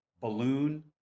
balloon